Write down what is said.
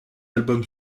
album